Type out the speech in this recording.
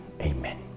Amen